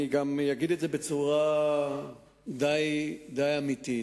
אני גם אגיד את זה בצורה די אמיתית.